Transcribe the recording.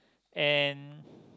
and